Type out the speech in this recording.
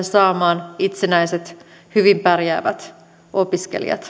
saamaan itsenäiset hyvin pärjäävät opiskelijat